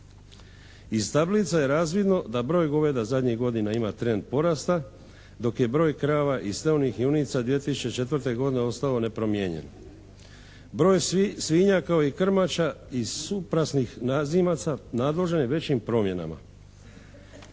Iz tablica je razvidno da broj goveda zadnjih godina ima trend porasta dok je broj krava i svih onih junica 2004. godine ostao nepromijenjen. Broj svinja kao i krmača i suprasnih nazimaca nadložan je većim promjenama.